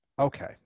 Okay